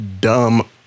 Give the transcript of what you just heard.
dumb